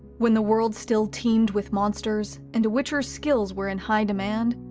when the world still teemed with monsters, and a witcher's skills were in high demand,